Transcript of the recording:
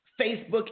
Facebook